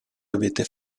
avete